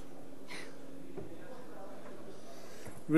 גברתי היושבת-ראש, חברי חברי הכנסת, השרים,